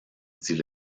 dit